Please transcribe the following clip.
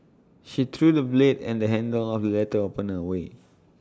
she threw the blade and the handle of letter opener away